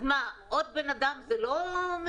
אז עוד בן אדם זה לא מסכן?